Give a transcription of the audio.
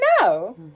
No